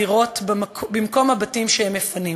דירות במקום הבתים שהם מפנים.